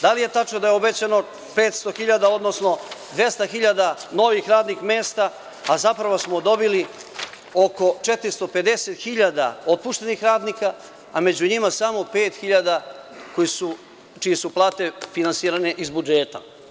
Da li je tačno da je obećano 500 hiljada, odnosno 200 hiljada novih radnih mesta, a zapravo smo dobili oko 450 hiljada otpuštenih radnika, a među njima samo pet hiljada čije su plate finansirane iz budžeta?